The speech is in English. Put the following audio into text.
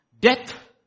Death